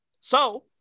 So-